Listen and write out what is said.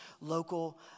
local